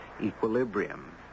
equilibrium